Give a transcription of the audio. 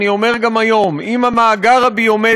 אני אומר גם היום: אם המאגר הביומטרי